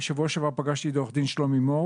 בשבוע שעבר פגשתי את עורך דין שלומי מור